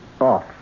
off